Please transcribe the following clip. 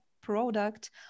product